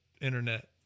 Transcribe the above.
internet